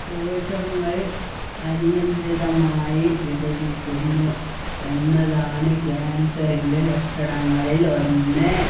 കോശങ്ങൾ അനിയന്ത്രിതമായി വിഭജിക്കുന്നു എന്നതാണ് ക്യാൻസറിൻ്റെ ലക്ഷണങ്ങളിലൊന്ന്